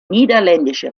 niederländische